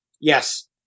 Yes